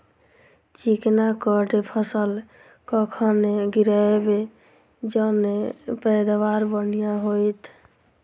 चिकना कऽ फसल कखन गिरैब जँ पैदावार बढ़िया होइत?